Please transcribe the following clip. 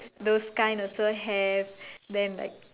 those kind also have then like